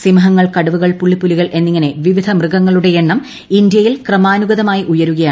സിംഹങ്ങൾ കടുവകൾ പുള്ളിപ്പുലികൾ എന്നിങ്ങനെ വിവിധ മൃഗങ്ങളുടെ എണ്ണം ഇന്ത്യയിൽ ക്രമാനുഗതമായി ഉയരുകയാണ്